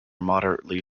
moderately